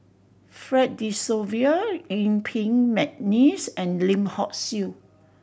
Fred De Souza Yuen Peng McNeice and Lim Hock Siew